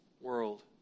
world